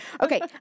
okay